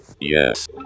Yes